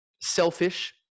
selfish